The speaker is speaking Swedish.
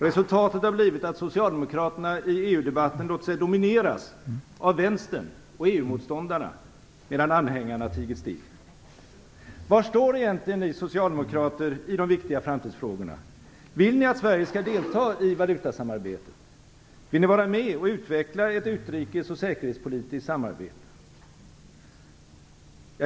Resultatet har blivit att socialdemokraterna i EU-debatten låter sig domineras av vänstern och EU-motståndarna medan EU-anhängarna tiger still. Var står egentligen ni socialdemokrater i de viktiga framtidsfrågorna? Vill ni att Sverige skall delta i valutasamarbetet? Vill ni vara med och utveckla ett utrikes och säkerhetspolitiskt samarbete?